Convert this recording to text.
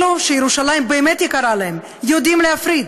אלה שירושלים באמת יקרה להם יודעים להפריד